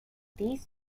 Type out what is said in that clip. these